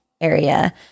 area